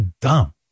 dumb